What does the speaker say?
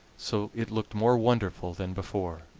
so it looked more wonderful than before.